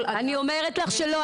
אני אומרת לך שלא.